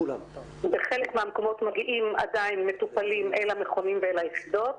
בחלק מהמקומות עדיין מגיעים מטופלים אל המכונים ואל היחידות.